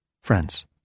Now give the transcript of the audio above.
Friends